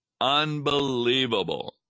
unbelievable